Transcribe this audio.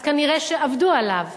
אז כנראה עבדו עליו.